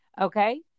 okay